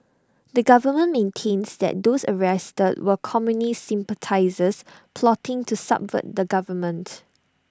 the government maintains that those arrested were communist sympathisers plotting to subvert the government